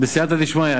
בסייעתא דשמיא,